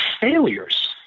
failures